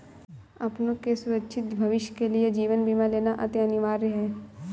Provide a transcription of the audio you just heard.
अपनों के सुरक्षित भविष्य के लिए जीवन बीमा लेना अति अनिवार्य है